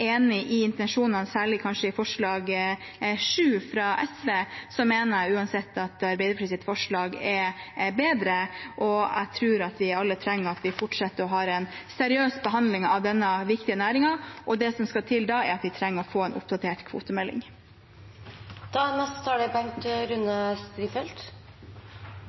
bedre. Jeg tror at vi alle trenger at vi fortsetter å ha en seriøs behandling av denne viktige næringen, og det som skal til da, er at vi trenger å få en oppdatert